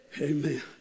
Amen